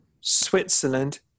Switzerland